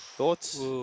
Thoughts